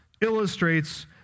illustrates